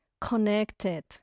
connected